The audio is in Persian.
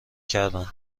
کردند